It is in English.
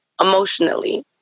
emotionally